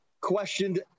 questioned